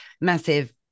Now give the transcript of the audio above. massive